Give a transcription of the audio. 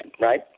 right